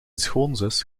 schoonzus